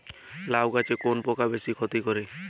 লাউ গাছে কোন পোকা বেশি ক্ষতি করে?